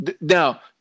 Now